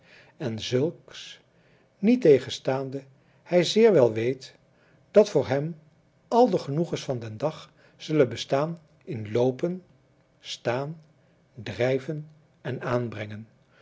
en zulks niettegenstaande hij zeer wel weet dat voor hem al de genoegens van den dag zullen bestaan in loopen staan drijven en aanbrengen